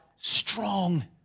strong